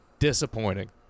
disappointing